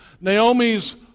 Naomi's